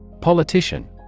Politician